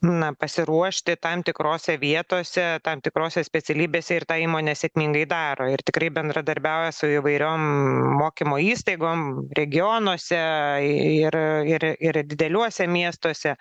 na pasiruošti tam tikrose vietose tam tikrose specialybėse ir tą įmonė sėkmingai daro ir tikrai bendradarbiauja su įvairiom mokymo įstaigom regionuose ir ir ir dideliuose miestuose